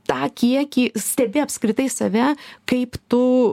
tą kiekį stebi apskritai save kaip tu